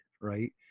right